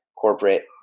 corporate